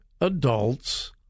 adults